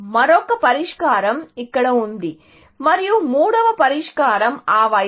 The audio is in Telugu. మరొక పరిష్కారం ఇక్కడ ఉంది మరియు మూడవ పరిష్కారం ఆ వైపు